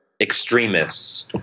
extremists